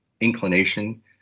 inclination